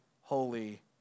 holy